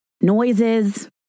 Noises